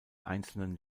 einzelnen